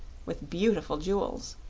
with beautiful jewels.